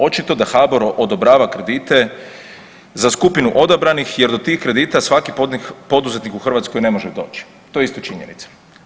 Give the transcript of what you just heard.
Očito da HBOR odobrava kredite za skupinu odabranih jer do tih kredita svaki poduzetnik u Hrvatskoj ne može doći, to je isto činjenica.